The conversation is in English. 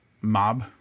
mob